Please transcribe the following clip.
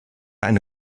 eine